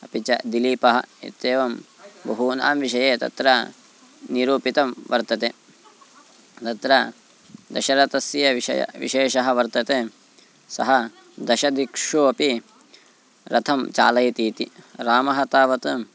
अपि च दिलीपः इत्येवं बहूनां विषये तत्र निरूपितं वर्तते तत्र दशरतस्य विषयः विशेषः वर्तते सः दशदिक्षु अपि रथं चालयति इति रामः तावत्